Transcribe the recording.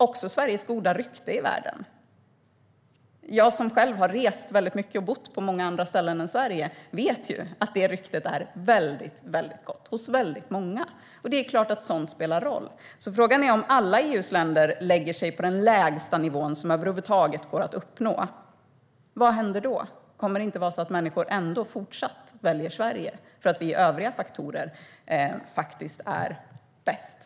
Också Sveriges goda rykte i världen spelar in. Jag som har rest mycket och bott på många andra ställen än Sverige vet att detta rykte är väldigt gott hos många. Det är klart att sådant spelar roll. Frågan är vad som händer om alla EU:s länder lägger sig på den lägsta nivå som över huvud taget går att uppnå. Kommer människor ändå inte att fortsätta att välja Sverige därför att vi är bäst när det gäller övriga faktorer?